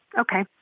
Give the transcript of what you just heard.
Okay